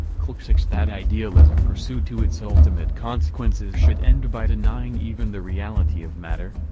clxix that idealism pursued to its ultimate consequences should end by denying even the reality of matter,